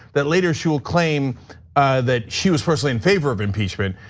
that later she will claim that she was personally in favor of impeachment.